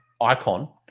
icon